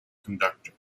conductor